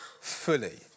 fully